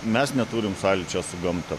mes neturim sąlyčio su gamta